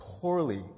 poorly